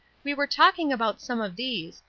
we were talking about some of these,